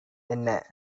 என்ன